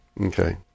Okay